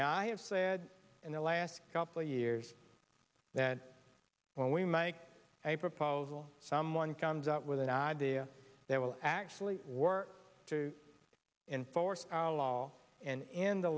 now i have said in the last couple of years that when we make a proposal someone comes up with an idea that will actually work to enforce our law and end the